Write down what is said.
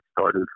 started